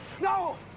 No